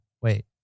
wait